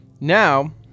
now